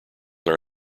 are